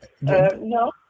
No